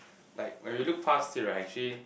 like when you look pass here right actually